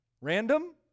Random